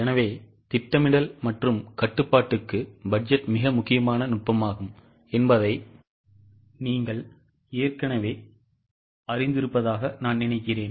எனவே திட்டமிடல் மற்றும் கட்டுப்பாட்டுக்கு பட்ஜெட் மிக முக்கியமான நுட்பமாகும் என்பதை நீங்கள் ஏற்கனவே அறிந்திருப்பதாக நான் நினைக்கிறேன்